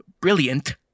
brilliant